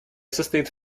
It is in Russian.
состоит